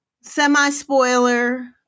semi-spoiler